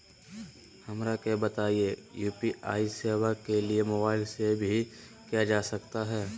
हमरा के बताइए यू.पी.आई सेवा के लिए मोबाइल से भी किया जा सकता है?